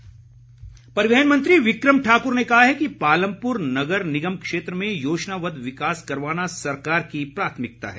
बिक्रम ठाकुर परिवहन मंत्री बिक्रम ठाक्र ने कहा है कि पालमप्र नगर निगम क्षेत्र में योजनाबद्व विकास करवाना सरकार की प्राथमिकता है